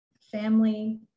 family